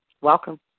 Welcome